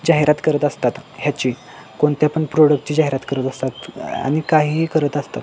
जाहिरात करत असतात ह्याची कोणत्या पण प्रोडक्टची जाहिरात करत असतात आणि काहीही करत असतात